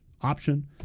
option